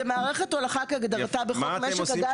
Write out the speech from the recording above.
זה מערכת הולכה כהגדרתה בחוק משק הגז הטבעי.